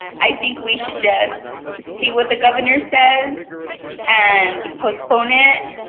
i think we should just see what the governor says and postpone it.